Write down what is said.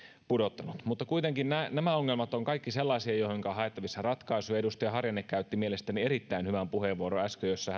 pudottanut mutta kuitenkin nämä ongelmat ovat kaikki sellaisia joihinka on haettavissa ratkaisuja edustaja harjanne käytti äsken mielestäni erittäin hyvän puheenvuoron jossa